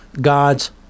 God's